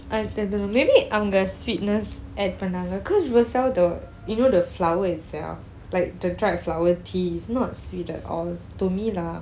அடுத்தது:aduthathu maybe அங்கே:ankei sweetness add பன்னாங்க:pannanka cause roselle the you know the flower itself like the dried flower tea is not sweet at all to me lah